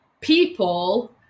people